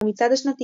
המצעד השנתי